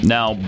Now